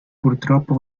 purtroppo